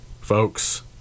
Folks